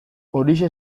horixe